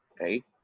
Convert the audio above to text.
right